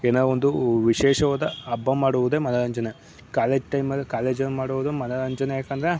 ಏನೋ ಒಂದು ವಿಶೇಷವಾದ ಹಬ್ಬ ಮಾಡುವುದೇ ಮನೋರಂಜನೆ ಕಾಲೇಜ್ ಟೈಮಲ್ಲಿ ಕಾಲೇಜಲ್ಲಿ ಮಾಡೋದು ಮನೋರಂಜನೆ ಯಾಕೆಂದ್ರೆ